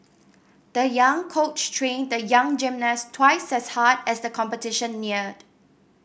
the young coach trained the young gymnast twice as hard as the competition neared